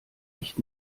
ich